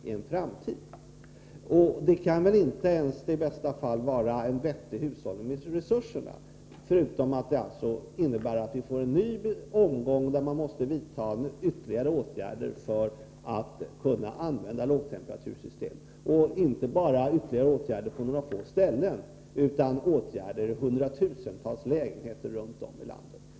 Detta kan inte ens vara en vettig hushållning med resurserna, bortsett från att vi tvingas till en ny omgång, som kräver ytterligare åtgärder för att lågtemperatursystem skall kunna användas. Det skulle inte heller röra sig om ytterligare åtgärder på endast några få ställen, utan det skulle gälla hundratusentals lägenheter runt omi landet.